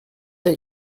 avec